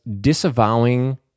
disavowing